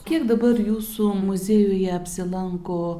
kiek dabar jūsų muziejuje apsilanko